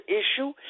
issue